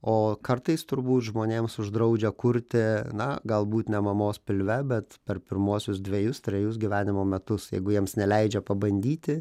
o kartais turbūt žmonėms uždraudžia kurti na galbūt ne mamos pilve bet per pirmuosius dvejus trejus gyvenimo metus jeigu jiems neleidžia pabandyti